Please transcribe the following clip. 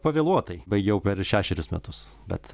pavėluotai baigiau per šešerius metus bet